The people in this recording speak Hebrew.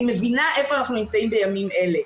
מבינה איפה אנחנו נמצאים בימים אלו.